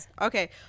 Okay